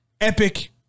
Epic